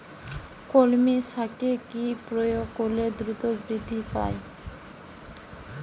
কলমি শাকে কি প্রয়োগ করলে দ্রুত বৃদ্ধি পায়?